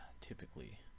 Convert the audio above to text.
typically